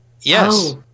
yes